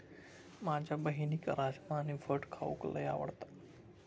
माझ्या बहिणीक राजमा आणि भट खाऊक लय आवडता